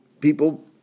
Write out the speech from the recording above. people